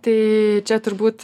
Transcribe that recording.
tai čia turbūt